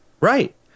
Right